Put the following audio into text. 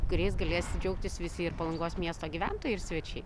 kuriais galės džiaugtis visi ir palangos miesto gyventojai ir svečiai